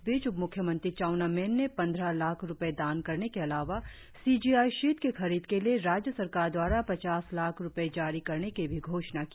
इस बीच उप म्ख्यमंत्री चउना मैन ने पंद्रह लाख रुपए दान करने के अलावा सी जी आई शीट की खरीद के लिए राज्य सरकार द्वारा पचास लाख रुपए जारी करने की भी घोषणा की